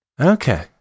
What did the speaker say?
Okay